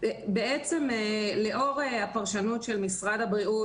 בעצם לאור הפרשנות של משרד הבריאות